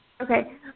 Okay